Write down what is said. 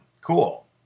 Cool